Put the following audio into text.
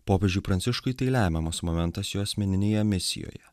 popiežiui pranciškui tai lemiamas momentas jo asmeninėje misijoje